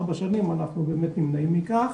ארבע שנים אנחנו באמת נמנעים מכך,